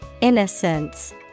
Innocence